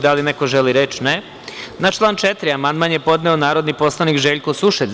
Da li neko želi reč? (Ne.) Na član 4. amandman je podneo narodni poslanik Željko Sušec.